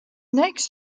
next